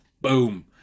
boom